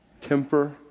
temper